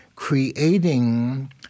creating